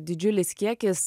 didžiulis kiekis